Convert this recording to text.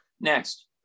Next